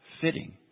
fitting